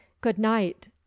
good-night